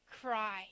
cry